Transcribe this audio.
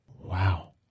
Wow